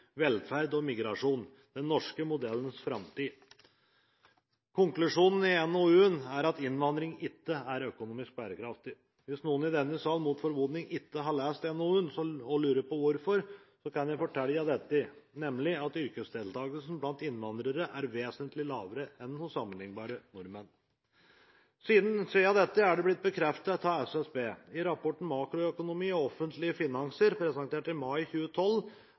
Velferd og migrasjon, den norske modellens framtid. Konklusjonen i NOU-en er at innvandring ikke er økonomisk bærekraftig. Hvis noen i denne sal mot formodning ikke har lest NOU-en og lurer på hvorfor, kan jeg fortelle at yrkesdeltagelsen blant innvandrere er vesentlig lavere enn hos sammenlignbare nordmenn. Siden er dette blitt bekreftet av SSB. I rapporten «Makroøkonomi og offentlige finanser i ulike scenarioer for innvandring», presentert i mai 2012,